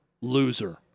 loser